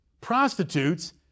prostitutes